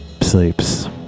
sleeps